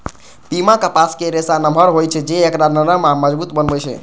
पीमा कपासक रेशा नमहर होइ छै, जे एकरा नरम आ मजबूत बनबै छै